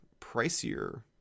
pricier